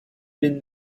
been